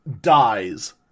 dies